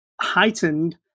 heightened